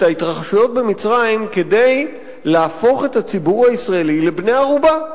ההתרחשויות במצרים כדי להפוך את הציבור הישראלי לבני-ערובה.